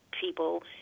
people